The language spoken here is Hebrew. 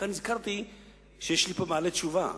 אחר כך נזכרתי שיש לי פה בעלי תשובה,